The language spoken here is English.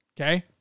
Okay